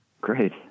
Great